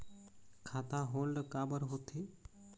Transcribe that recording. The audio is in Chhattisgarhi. खाता होल्ड काबर होथे?